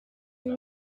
huit